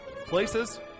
Places